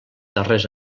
darrers